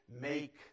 make